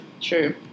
True